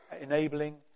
enabling